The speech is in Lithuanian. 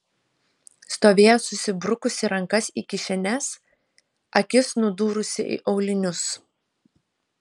stovėjo susibrukusi rankas į kišenes akis nudūrusi į aulinius